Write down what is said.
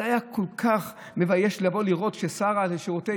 זה היה כל כך מבייש לראות את השר לשירותי